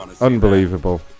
Unbelievable